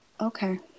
okay